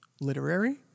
literary